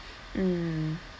mm